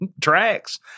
tracks